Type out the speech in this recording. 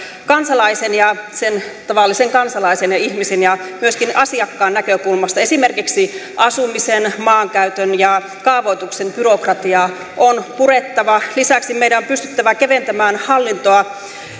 kansalaisen sen tavallisen kansalaisen ja ihmisen ja myöskin asiakkaan näkökulmasta esimerkiksi asumisen maankäytön ja kaavoituksen byrokratiaa on purettava lisäksi meidän on pystyttävä keventämään hallintoa